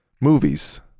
movies